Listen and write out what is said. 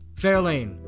Fairlane